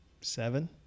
Seven